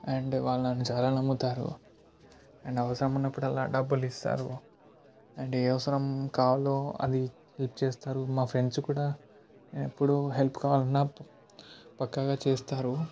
and వాళ్ళు నన్ను చాలా నమ్ముతారు అండ్ అవసరము ఉన్నప్పుడల్లా డబ్బులు ఇస్తారు అండ్ ఏ అవసరం కావాలో అది చేస్తారు మా ఫ్రెండ్స్ కూడా ఎప్పుడు హెల్ప్ కావాలన్నా పక్కగా చేస్తారు